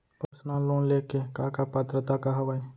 Personal loan ले के का का पात्रता का हवय?